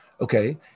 okay